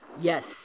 Yes